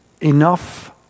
Enough